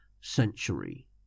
century